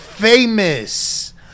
Famous